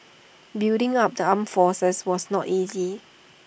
building up the armed forces was not easy